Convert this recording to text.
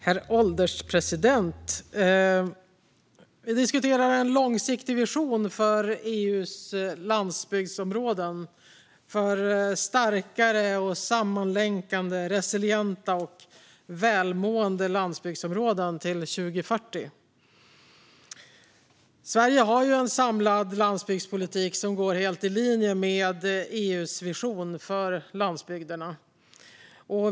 Herr ålderspresident! Vi diskuterar en långsiktig vision för EU:s landsbygdsområden för starkare, sammanlänkade, resilienta och välmående landsbygdsområden till 2040. Sverige har en samlad landsbygdspolitik som går helt i linje med EU:s vision för landsbygderna.